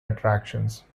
attractions